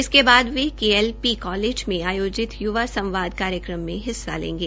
इसके बाद वे के एल पी कालेज में आयोजित यूवा संवाद कार्यक्रम में हिस्सा लेंगे